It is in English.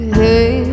hey